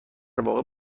واقع